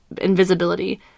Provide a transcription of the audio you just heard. invisibility